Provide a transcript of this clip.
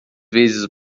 vezes